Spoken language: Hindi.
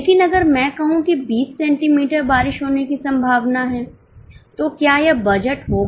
लेकिन अगर मैं कहूं कि 20 सेंटीमीटर बारिश होने की संभावना है तो क्या यह बजट होगा